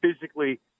physically